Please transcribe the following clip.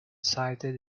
cited